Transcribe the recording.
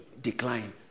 decline